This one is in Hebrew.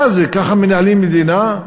מה זה, ככה מנהלים מדינה,